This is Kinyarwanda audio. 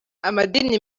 amadini